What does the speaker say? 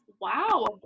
wow